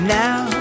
now